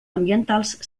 ambientals